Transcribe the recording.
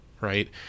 right